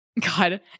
god